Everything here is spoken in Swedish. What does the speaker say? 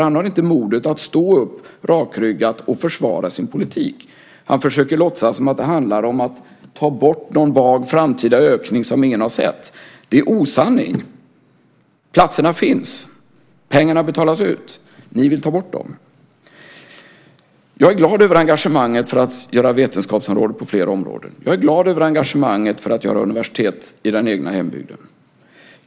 Han har inte modet att stå upp rakryggat och försvara sin politik. Han försöker låtsas som att det handlar om att ta bort någon vag framtida ökning som ingen har sett. Det är osanning. Platserna finns, och pengarna betalas ut. Ni vill ta bort dem. Jag är glad över engagemanget för att ha vetenskapsområdet på flera områden. Jag är glad över engagemanget för att göra universitet i den egna hembygden.